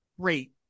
great